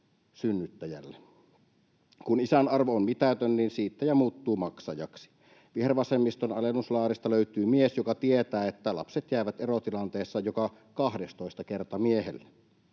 Kun isän arvo on mitätön, niin siittäjä muuttuu maksajaksi. Vihervasemmiston alennuslaarista löytyy mies, joka tietää, että lapset jäävät erotilanteissa joka 12. kerta miehelle.